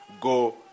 go